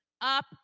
up